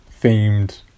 themed